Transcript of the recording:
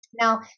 Now